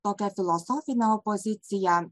tokią filosofinę opoziciją